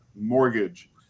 mortgage